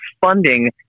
funding